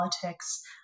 politics